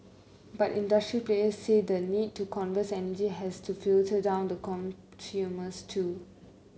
but industry players say the need to conserve energy has to filter down to consumers too